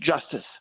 justice